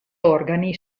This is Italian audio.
organi